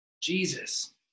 Jesus